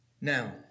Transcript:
Now